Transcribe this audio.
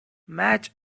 match